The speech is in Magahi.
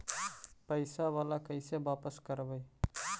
पैसा बाला कैसे बापस करबय?